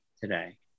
today